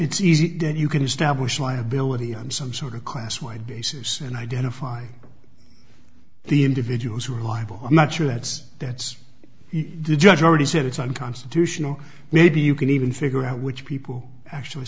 it's easy that you can establish liability and some sort of class wide basis and identify the individuals who are liable i'm not sure that's that's the judge already said it's unconstitutional maybe you can even figure out which people actually